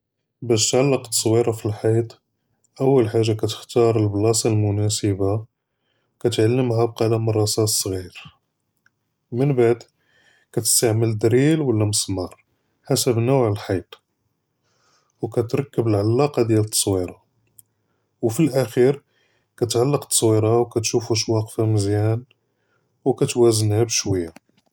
אול חאגה חאצני נטפי אלדו באש נבקאוו פלאמאן, כנחיידו אלמצבּאח אלקדيم בּאלדווראן חתא כיכרוג', מןבעד כנג'יב אלמצבּאח אלג'דיד כנברמו חתא כאיווקף מזיאן וכנשעלו אלדו באש נתאכּדו אן כלשי חדאם.